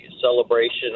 celebration